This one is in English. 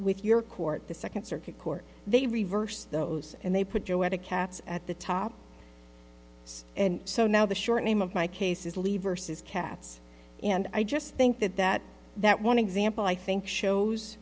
with your court the second circuit court they reversed those and they put joetta cats at the top and so now the short name of my case is leave versus cats and i just think that that that one example i think shows